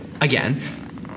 again